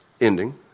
ending